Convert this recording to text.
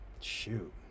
shoot